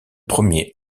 premier